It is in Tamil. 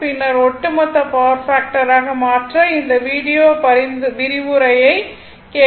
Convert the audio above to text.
பின்னர் ஒட்டுமொத்த பவர் ஃபாக்டர் ஆக மாற்ற இந்த வீடியோ விரிவுரையை கேட்க வேண்டும்